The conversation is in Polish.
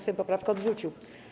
Sejm poprawkę odrzucił.